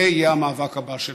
זה יהיה המאבק הבא שלנו.